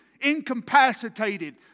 Incapacitated